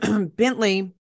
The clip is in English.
Bentley